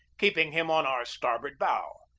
keeping him on our starboard bow.